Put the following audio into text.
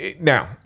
Now